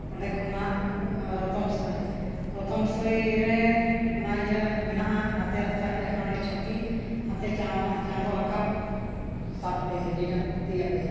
ᱚᱸᱰᱮ ᱠᱷᱚᱱᱟᱜ ᱨᱚᱛᱚᱱ ᱥᱟᱹᱭ ᱨᱚᱛᱚᱭ ᱨᱮ ᱚᱱᱟ ᱤᱭᱟᱹ ᱢᱮᱱᱟᱜᱼᱟ ᱱᱟᱛᱮ ᱨᱟᱥᱛᱟ ᱦᱮᱡ ᱟᱠᱟᱱᱟ ᱚᱸᱰᱮ ᱪᱷᱚᱠᱤ ᱱᱟᱛᱮ ᱪᱟᱸ ᱪᱟᱸᱫᱚ ᱨᱟᱠᱟᱵ ᱥᱟᱵ ᱯᱮ ᱡᱚᱡᱚᱢ ᱛᱤᱭᱟᱯᱮ